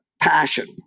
passion